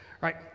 right